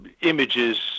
images